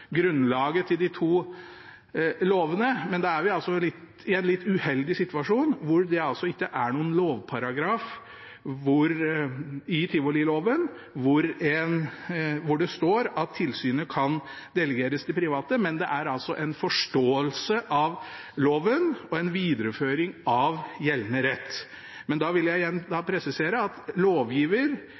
grunnlaget til de to lovene. Vi er da i den litt uheldige situasjon at det ikke i noen paragraf i tivoliloven står at tilsynet kan delegeres til private, men det er en forståelse av loven og en videreføring av gjeldende rett. Jeg vil da igjen presisere at lovgiver